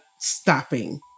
stopping